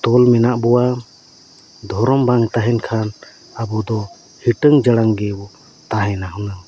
ᱛᱚᱞ ᱢᱮᱱᱟᱜ ᱵᱚᱣᱟ ᱫᱷᱚᱨᱚᱢ ᱵᱟᱝ ᱛᱟᱦᱮᱱ ᱠᱷᱟᱱ ᱟᱵᱚ ᱫᱚ ᱦᱤᱴᱟᱹᱝ ᱡᱟᱲᱟᱝ ᱜᱮᱵᱚ ᱛᱟᱦᱮᱱᱟ ᱦᱩᱱᱟᱹᱝ